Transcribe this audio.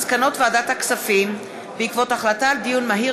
מסקנות ועדת הכספים בעקבות דיון מהיר